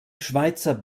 schweizer